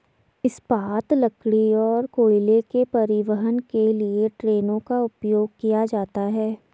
इस्पात, लकड़ी और कोयले के परिवहन के लिए ट्रेनों का उपयोग किया जाता है